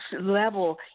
level